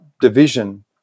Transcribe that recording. division